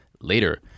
later